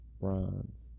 bronze